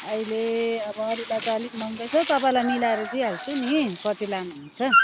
अहिले अब अरूलाई त अलिक महँगै छ तपाईँलाई मिलाएर दिइहाल्छु नि कति लानुहुन्छ